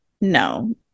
no